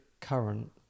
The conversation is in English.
current